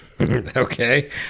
Okay